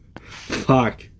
Fuck